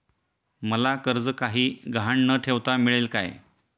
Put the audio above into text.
मला कर्ज काही गहाण न ठेवता मिळेल काय?